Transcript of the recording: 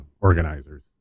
Organizers